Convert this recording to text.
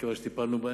אני מקווה שטיפלנו בהן.